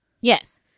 Yes